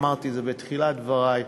אמרתי את זה בתחילת דברי,